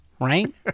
right